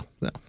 No